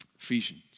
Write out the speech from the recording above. Ephesians